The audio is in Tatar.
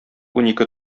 унике